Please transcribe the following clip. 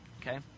okay